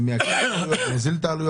זה מייקר את העלויות או מוזיל אותן?